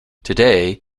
today